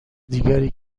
دیگری